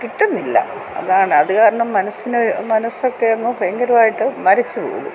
കിട്ടുന്നില്ല അതാണ് അത് കാരണം മനസ്സിന് മനസ്സൊക്കെ അങ്ങ് ഭയങ്കരമായിട്ട് മരവിച്ച് പോകും